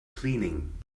cleaning